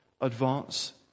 advance